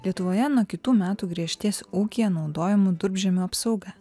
lietuvoje nuo kitų metų griežtės ūkyje naudojamų durpžemio apsauga